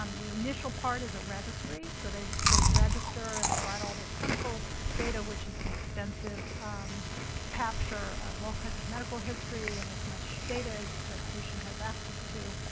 um the initial part is a registry. so they they register and provide all their clinical data, which is an extensive capture of all kinds of medical history and as much data as the patient has access to.